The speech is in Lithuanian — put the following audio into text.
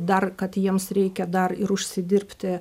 dar kad jiems reikia dar ir užsidirbti